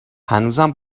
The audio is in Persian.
هنوزم